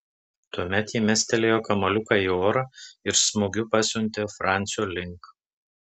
tuomet ji mestelėjo kamuoliuką į orą ir smūgiu pasiuntė francio link